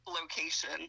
location